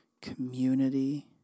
Community